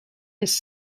his